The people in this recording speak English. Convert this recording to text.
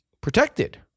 protected